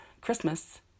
Christmas